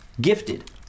gifted